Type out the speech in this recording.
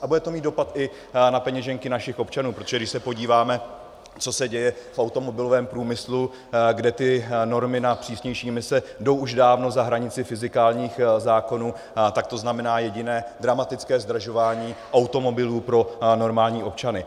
A bude to mít dopad i na peněženky našich občanů, protože když se podíváme, co se děje v automobilovém průmyslu, kde ty normy na přísnější imise jdou už dávno za hranici fyzikálních zákonů, tak to znamená jediné: dramatické zdražování automobilů pro normální občany.